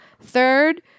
third